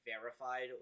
verified